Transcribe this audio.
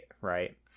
right